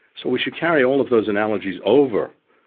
so we should carry all of those analogies over.